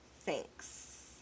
Thanks